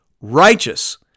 righteous